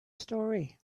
story